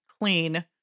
clean